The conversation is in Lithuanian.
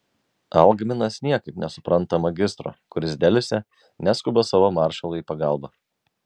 algminas niekaip nesupranta magistro kuris delsia neskuba savo maršalui į pagalbą